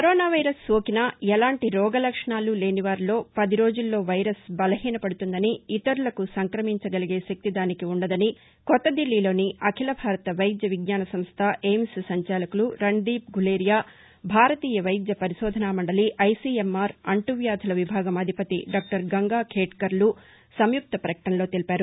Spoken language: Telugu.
కరోనా వైరస్ సోకినా ఎలాంటి రోగ లక్షణాలు లేనివారిలో పది రోజుల్లో వైరస్ బలహీనపడుతుందని ఇతరులకు సంక్రమించగలిగే శక్తి దానికి ఉండదని కొత్తదిల్లీలోని అఖిల భారత వైద్య విజ్ఞాన సంస్థ ఎయిమ్స్ సంచాలకులు రణ్దీప్ గులేరియా భారతీయ వైద్య పరిశోధన మండలి ఐసీఎంఆర్ అంటువ్యాధుల విభాగం అధిపతి డాక్టర్ గంగాఖేద్వర్లు సంయుక్త ప్రకటనలో తెలిపారు